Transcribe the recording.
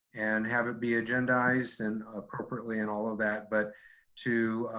and have it be agendize and appropriately and all of that but to